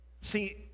See